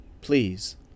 please